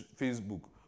Facebook